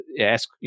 ask